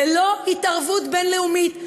ללא התערבות בין-לאומית,